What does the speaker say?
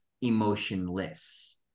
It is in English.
emotionless